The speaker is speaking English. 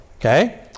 Okay